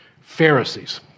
Pharisees